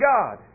God